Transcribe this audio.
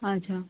আচ্ছা